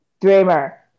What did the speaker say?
Dreamer